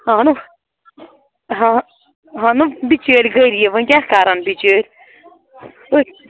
اَہَنو ہاں اہنُو بِچٲر غریٖب وۄنۍ کیٛاہ کَرَن بِچٲر أتھۍ